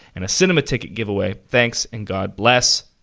and a cinema ticket giveaway. thanks, and god bless,